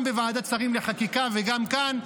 גם בוועדת שרים לחקיקה וגם כאן,